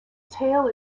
tail